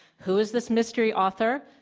who is this mystery author?